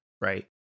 Right